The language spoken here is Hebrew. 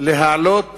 להעלות